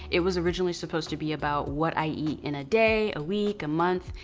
it was originally supposed to be about what i eat in a day, a week, a month.